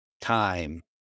time